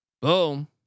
Boom